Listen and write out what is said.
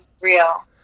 real